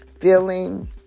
feeling